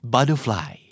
Butterfly